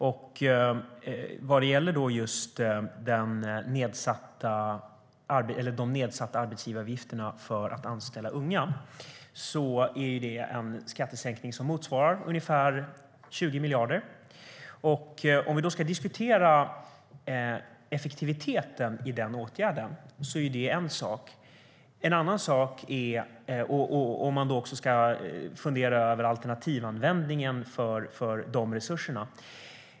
När det gäller de nedsatta arbetsgivaravgifterna för att anställa unga innebär det en skattesänkning som motsvarar ungefär 20 miljarder. Effektiviteten i den åtgärden är en sak och den alternativa användningen av de resurserna är en annan sak.